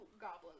goblins